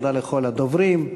תודה לכל הדוברים.